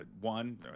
One